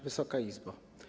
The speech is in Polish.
Wysoka Izbo!